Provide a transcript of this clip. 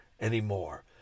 anymore